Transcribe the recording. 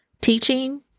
teaching